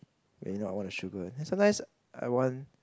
maybe I want a sugar then sometimes I want